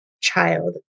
child